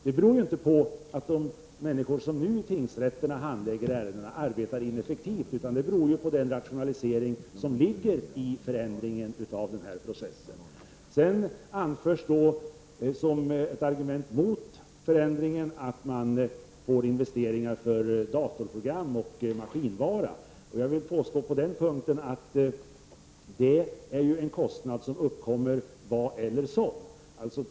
Det beror inte på att de handläggare som nu finns i tingsrätterna arbetar ineffektivt, utan det beror på den rationalisering som ligger i förändringen av processen. Som argument mot förändringen anförs att det skall göras investeringar för datorprogram och maskinvara. Det är en kostnad som uppkommer vad eller som.